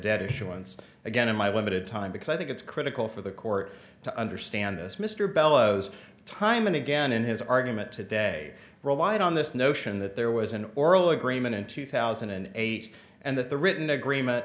dead issue once again in my limited time because i think it's critical for the court to understand this mr bellows time and again in his argument today relied on this notion that there was an oral agreement in two thousand and eight and that the written agreement